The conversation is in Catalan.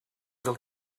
del